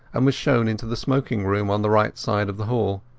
and was shown into the smoking-room, on the right side of the hall.